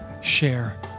share